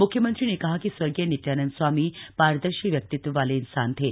म्ख्यमंत्री ने कहा कि स्वर्गीय नित्यानन्द स्वामी पारदर्शी व्यक्तित्व वाले इंसान थे